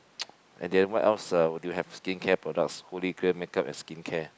and then what else uh would you have skincare products holy grail make up and skincare